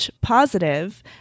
positive